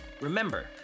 Remember